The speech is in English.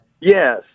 Yes